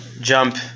jump